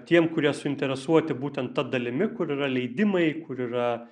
tiem kurie suinteresuoti būtent ta dalimi kur yra leidimai kur yra